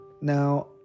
Now